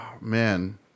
man